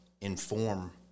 inform